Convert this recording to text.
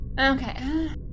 Okay